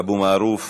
אבו מערוף,